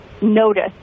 Notice